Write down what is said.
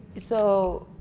so